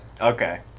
Okay